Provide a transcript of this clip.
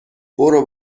برو